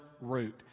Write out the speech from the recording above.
route